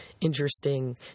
interesting